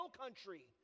country